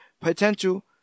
potential